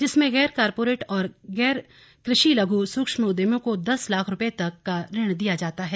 जिसमें गैर कॉरपोरेट और गैर कृषि लघु सूक्ष्म उद्यमियों को दस लाख रुपये तक का ऋण दिया जाता है